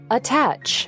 Attach